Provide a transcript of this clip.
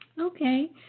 Okay